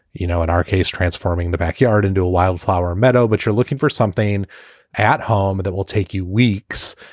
you know, in our case, transforming the backyard into a wildflower meadow. but you're looking for something at home that will take you weeks.